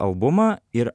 albumą ir